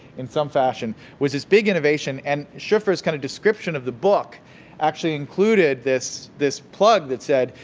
in some fashion, which is big innovation and schiffer's kind of description of the book actually included this this plug that said,